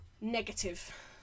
negative